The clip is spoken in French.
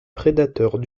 prédateurs